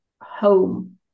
home